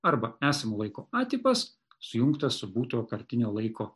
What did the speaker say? arba esamo laiko a tipas sujungtas su būtojo kartinio laiko